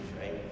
right